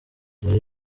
dore